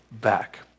back